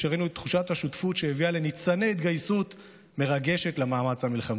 כשראינו את תחושת השותפות שהביאה לניצני התגייסות מרגשת למאמץ המלחמתי.